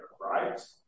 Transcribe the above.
right